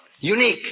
Unique